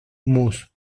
mus